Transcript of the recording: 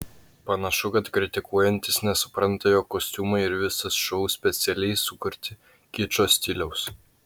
panašu kad kritikuojantys nesupranta jog kostiumai ir visas šou specialiai sukurti kičo stiliaus